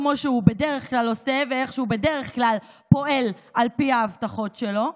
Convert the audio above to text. כמו שהוא בדרך כלל עושה ואיך שהוא בדרך כלל פועל על פי ההבטחות שלו.